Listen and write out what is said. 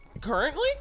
Currently